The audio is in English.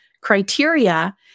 criteria